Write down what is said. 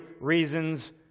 reasons